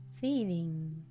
feeling